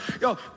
Yo